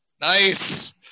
Nice